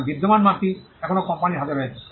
কারণ বিদ্যমান মার্কটি এখনও কোম্পানির হাতে রয়েছে